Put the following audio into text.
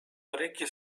orecchie